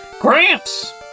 Gramps